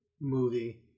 movie